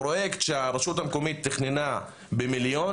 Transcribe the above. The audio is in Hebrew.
פרויקט שהרשות המקומית תכננה במיליון,